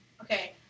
Okay